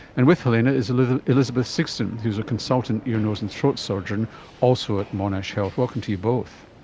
and with helena is elizabeth elizabeth sigston who is a consultant ear, nose and throat surgeon also at monash health, welcome to you both.